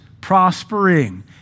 prospering